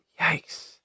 Yikes